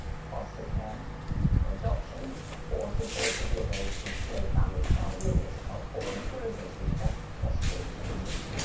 foster care or adoption or supported living in small family style units are all proven to be the best possible alternatives.